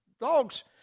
Dogs